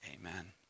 Amen